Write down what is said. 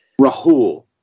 Rahul